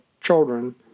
children